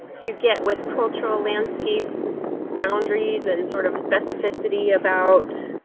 to get with cultural landscape boundaries and sort of specificity about